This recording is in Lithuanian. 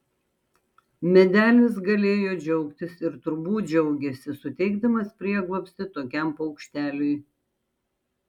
medelis galėjo džiaugtis ir turbūt džiaugėsi suteikdamas prieglobstį tokiam paukšteliui